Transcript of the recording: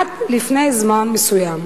עד לפני זמן מסוים,